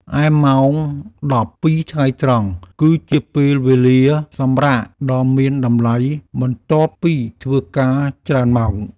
ឯម៉ោងដប់ពីរថ្ងៃត្រង់ គឺជាពេលវេលាសម្រាកដ៏មានតម្លៃបន្ទាប់ពីធ្វើការច្រើនម៉ោង។